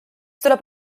tuleb